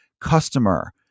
customer